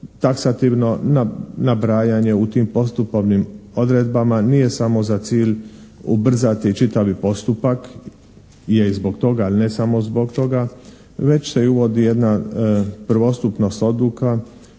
taksativno nabrajanje u tim postupovnim odredbama nije samo za cilj ubrzati čitavi postupak. Je i zbog toga ali ne samo zbog toga. Već se i uvodi jedna prvostupnost odluka